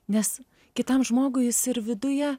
nes kitam žmogui jis ir viduje